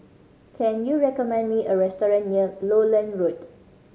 can you recommend me a restaurant near Lowland Road